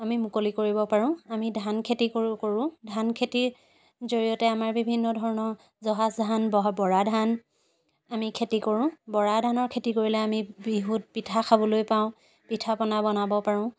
আমি মুকলি কৰিব পাৰোঁ আমি ধান খেতি কৰোঁ কৰোঁ ধান খেতিৰ জৰিয়তে আমাৰ বিভিন্ন ধৰণৰ জহা ধান বৰা ধান আমি খেতি কৰোঁ বৰা ধানৰ খেতি কৰিলে আমি বিহুত পিঠা খাবলৈ পাওঁ পিঠা পনা বনাবলৈ পাৰোঁ